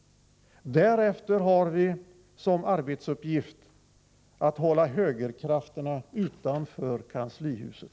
Därefter har vi som arbetsuppgift att hålla högerkrafterna utanför kanslihuset.